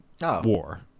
war